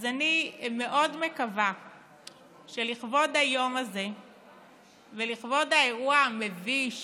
אני מאוד מקווה שלכבוד היום הזה ולכבוד האירוע המביש